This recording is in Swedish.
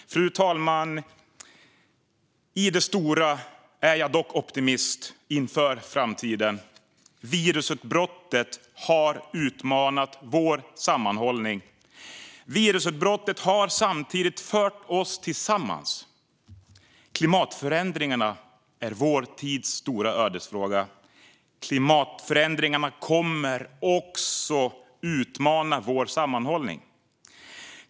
Fru talman! I det stora är jag dock optimist inför framtiden. Virusutbrottet har utmanat vår sammanhållning. Samtidigt har det fört oss samman. Klimatförändringarna är vår tids stora ödesfråga, och de kommer också att utmana vår sammanhållning.